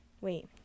Wait